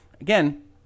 again